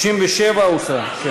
67 הוסרה.